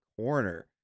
corner